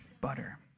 butter